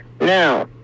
Now